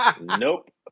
Nope